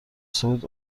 صعود